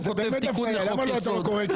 הוא כותב תיקון לחוק יסוד.